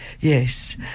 yes